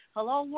Hello